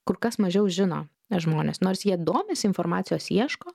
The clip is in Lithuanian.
kur kas mažiau žino žmonės nors jie domisi informacijos ieško